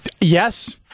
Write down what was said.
yes